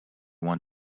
want